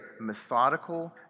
methodical